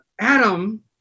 Adam